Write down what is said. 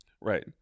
Right